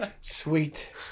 Sweet